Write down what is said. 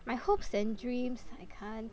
my hopes and dreams I can't